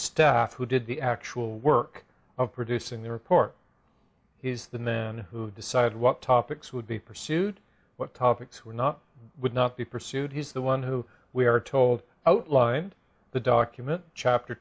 staff who did the actual work of producing the report is the man who decide what topics would be pursued what topics were not would not be pursued he's the one who we are told outlined the document chapter